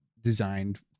designed